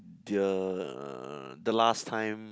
the uh the last time